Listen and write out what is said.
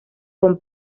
con